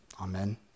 Amen